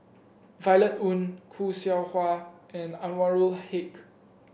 Violet Oon Khoo Seow Hwa and Anwarul Haque